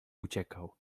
uciekał